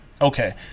Okay